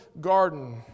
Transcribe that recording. garden